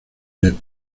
jet